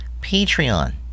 Patreon